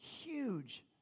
huge